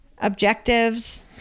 objectives